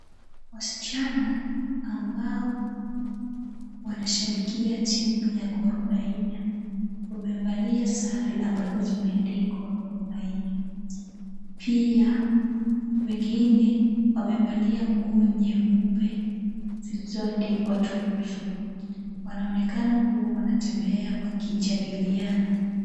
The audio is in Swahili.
Wasichana ambao wanashabikia timu ya Gor Mahia wamevalia sare ambazo zimeandikwa Gor Mahia. Pia wengine wamevalia nguo nyeupe zilizoandikwa Tuzo. Wanaonekana kuwa wanatembea wakijadiliana.